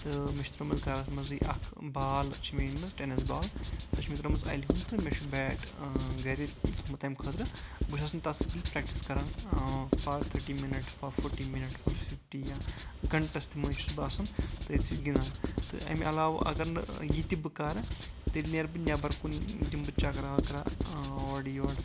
تہٕ مےٚ چُھ ترومت گرَس منٛزٕۍ اکھ بال چھِ مےٚ أنۍ مژٕ ٹیٚنِس بال سۄ چھِ مےٚ ترٲمٕژ اَلہِ ونٛد تہٕ مےٚ چُھ بیٚٹ گرِ تھومُت تَمہِ خٲطرٕ بہٕ چُھس نہٕ تَتھ سۭتۍ پریٚکٹِس کَران فار تھٹۍ minute for forty minute for fifty یا گنٛٹس تہِ مٔنزۍ چُھس بہٕ آسان تٔتھۍ سۭتۍ گنٛدان تہٕ اَمہِ علاوٕ اَگر نہٕ یتہِ بہٕ کَرٕ تیٚلہِ نیرٕ بہٕ نٮ۪بر کُن دِمہٕ بہٕ چکرا وکرا اورٕ یورٕ